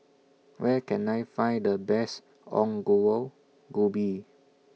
Where Can I Find The Best Ongol Ubi